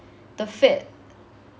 the fat